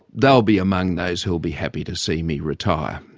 they'll be among those who'll be happy to see me retire.